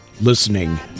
listening